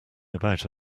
about